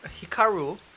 Hikaru